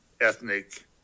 ethnic